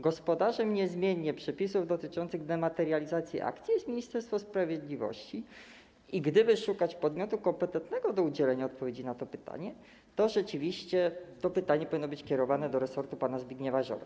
Gospodarzem przepisów dotyczących dematerializacji akcji jest niezmiennie Ministerstwo Sprawiedliwości i gdyby szukać podmiotu kompetentnego do udzielenia odpowiedzi na to pytanie, to rzeczywiście to pytanie powinno być skierowane do resortu pana Zbigniewa Ziobry.